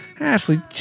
Ashley